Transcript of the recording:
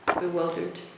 bewildered